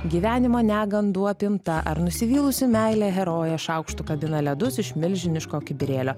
gyvenimo negandų apimta ar nusivylusi meile herojė šaukštu kabina ledus iš milžiniško kibirėlio